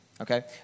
Okay